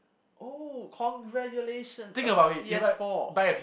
oh congratulations a P_S-four